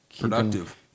productive